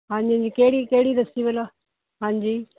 ਹਾਂਜੀ ਹਾਂਜੀ ਕਿਹੜੀ ਕਿਹੜੀ ਲੱਸੀ ਵਾਲਾ ਹਾਂਜੀ